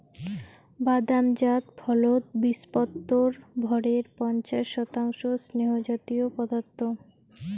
বাদাম জাত ফলত বীচপত্রর ভরের পঞ্চাশ শতাংশ স্নেহজাতীয় পদার্থ